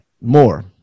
More